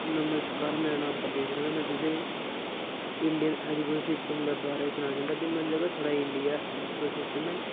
नम्सकार मेरा नां प्रदीप कुमार ऐ ते में तुसें गी एजुकेशन सिसटम बारे सुनाना चाह्न्ना मतलव साढे़ इंडिया दे एजुकेशन सिसटम ऐ